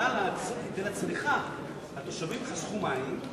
שבגלל היטל הצריכה התושבים חסכו מים.